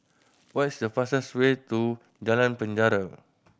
what is the fastest way to Jalan Penjara